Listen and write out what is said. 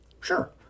Sure